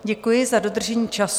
Děkuji za dodržení času.